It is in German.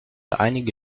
einige